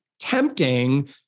tempting